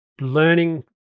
learning